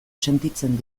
sentitzen